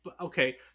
Okay